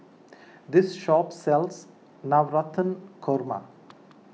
this shop sells Navratan Korma